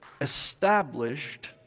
established